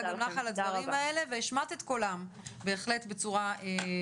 תודה רבה גם לך על הדברים האלה והשמעת את קולם בהחלט בצורה ברורה.